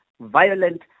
violent